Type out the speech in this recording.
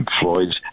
Floyd's